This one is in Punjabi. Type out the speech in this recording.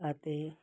ਅਤੇ